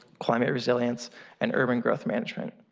climate resilience and urban growth management.